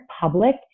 public